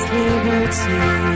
liberty